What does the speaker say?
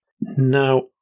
Now